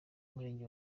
murenge